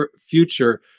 future